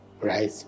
right